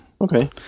Okay